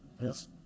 Yes